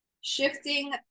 shifting